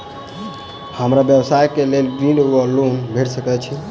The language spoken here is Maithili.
हमरा व्यवसाय कऽ लेल ऋण वा लोन भेट सकैत अछि?